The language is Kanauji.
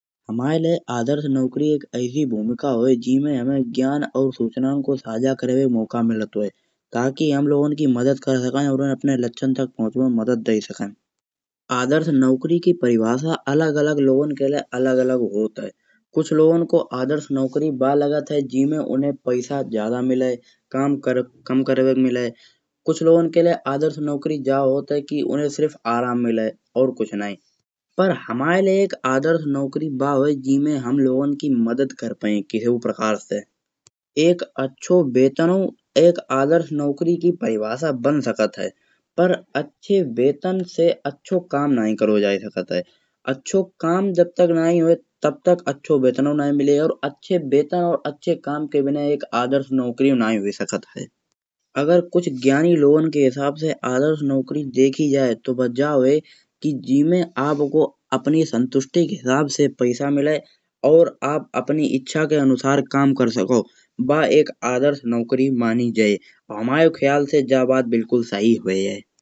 हमाए लय आदर्श नौकरी एक ऐसी भूमिका होये जीहमे ज्ञान और सुचालन को साझा करवे को मौका मिलत है। ताकि हम लोगन की मदद कर सके और अपने लक्षयन तक पहुँचवे में मदद दै सके। आदर्श नौकरी की परिभाषा अलग लोगन के लय अलग अलग होत है। कुछ लोगन को आदर्श नौकरी बा लागत है जिम्हे उहने पैसा ज्यादा मिले कम काम करवे को मिले। कुछ लोगन के लय आदर्श नौकरी जा होत है कि उहने सिर्फ आराम मिले और कुछु नहीं। पर हमाए लिय आदर्श नौकरी बा होय जिहमे हम लोगन की मदद कर पहे केहु प्रकार से। एक अच्छो अच्छो वेतनउ अच्छी नौकरी की परिभाषा बन सकत है पर अच्छे वेतन से अच्छो काम नहीं करो जा सकत है। अच्छो काम जब तक नहीं हुए तब तक अच्छो वेतनउ नहीं मिलेहे और अच्छे वेतन और अच्छे काम के बिना एक आदर्श नौकरी नहीं हुई सकत है। अगर कुछ ज्ञानी लोगन के हिसाब से आदर्श नौकरी देखी जाये तो बा जा होये। कि जिहमे अपको अपनी संतुष्टि के हिसाब से पैसा मिले और आप अपनी इच्छा के अनुरशार काम कर सको बा। एक आदर्श नौकरी मनि जाये हमायो खयाल से जा बात बिलकुल सही है।